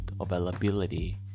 availability